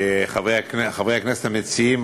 חברי הכנסת המציעים,